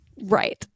right